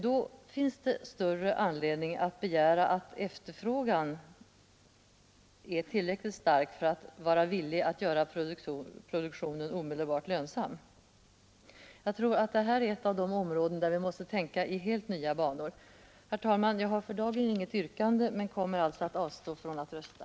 Då finns det större anledning att begära att efterfrågan skall vara tillräckligt stark för att göra produktionen omedelbart lönsam. Jag tror att detta är ett av de områden där vi måste tänka i helt nya banor. Herr talman! Jag har inget yrkande men kommer som sagt att avstå från att rösta.